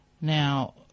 Now